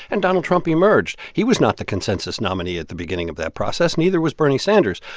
and donald trump emerged. he was not the consensus nominee at the beginning of that process. neither was bernie sanders.